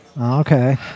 Okay